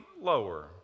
lower